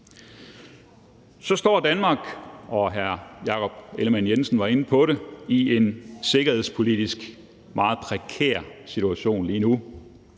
Så står Danmark i en sikkerhedspolitisk meget prekær situation lige nu.